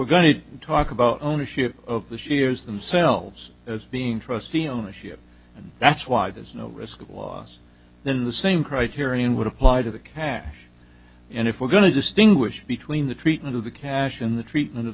to talk about ownership of this year's themselves as being trustee ownership and that's why there's no risk of loss in the same criterion would apply to the cash and if we're going to distinguish between the treatment of the cash and the treatment of